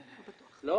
לא בטוח.